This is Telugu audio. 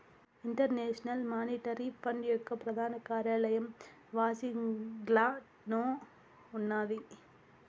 ఇంటర్నేషనల్ మానిటరీ ఫండ్ యొక్క ప్రధాన కార్యాలయం వాషింగ్టన్లో ఉన్నాది